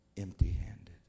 empty-handed